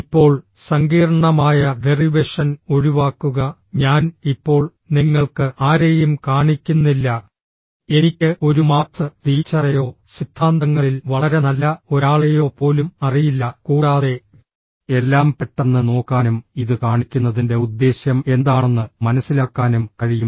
ഇപ്പോൾ സങ്കീർണ്ണമായ ഡെറിവേഷൻ ഒഴിവാക്കുക ഞാൻ ഇപ്പോൾ നിങ്ങൾക്ക് ആരെയും കാണിക്കുന്നില്ല എനിക്ക് ഒരു മാക്സ് ടീച്ചറെയോ സിദ്ധാന്തങ്ങളിൽ വളരെ നല്ല ഒരാളെയോ പോലും അറിയില്ല കൂടാതെ എല്ലാം പെട്ടെന്ന് നോക്കാനും ഇത് കാണിക്കുന്നതിന്റെ ഉദ്ദേശ്യം എന്താണെന്ന് മനസിലാക്കാനും കഴിയും